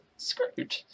screwed